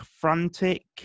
Frantic